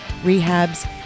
rehabs